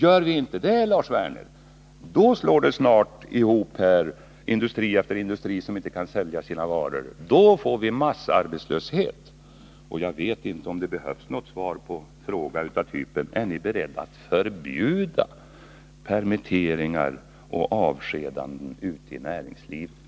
Gör vi inte det, Lars Werner, då slår snart industri efter industri ihop på grund av att man inte kan sälja sina varor. Då får vi massarbetslöshet. Jag vet inte om det behövs något svar på frågor av typen: Är ni beredda att förbjuda permitteringar och avskedanden ute i näringslivet?